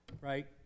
right